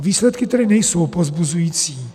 Výsledky tedy nejsou povzbuzující.